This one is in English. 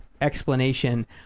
explanation